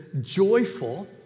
joyful